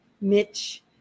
Mitch